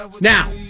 Now